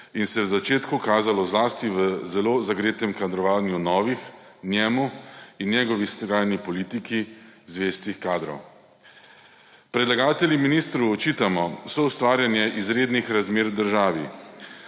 in se v začetku kazalo zlasti v zelo zagretem kadrovanju novih, njemu in njegovi sedanji politiki zvestih kadrov. Predlagatelji ministru očitamo soustvarjanje izrednih razmer v državi.